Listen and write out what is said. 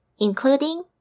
including